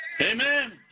Amen